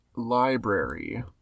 Library